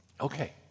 Okay